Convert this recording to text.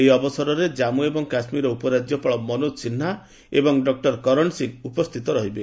ଏହି ଅବସରରେ ଜାମ୍ମୁ ଏବଂ କାଶ୍ମୀରର ଉପରାଜ୍ୟପାଳ ମନୋଜ ସିହ୍ନା ଏବଂ ଡକୁର ବରଣ ସିଂହ ଉପସ୍ଥିତ ରହିବେ